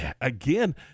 again